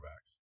backs